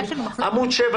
עמוד 7,